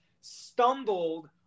stumbled